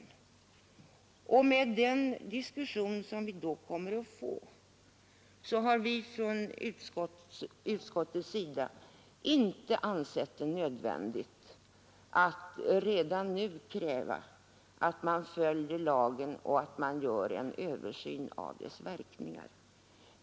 Med tanke på den diskussion vi då kommer att få har vi inom utskottet inte ansett det nödvändigt att redan nu kräva en översyn av lagens verkningar.